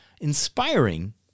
inspiring